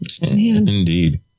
Indeed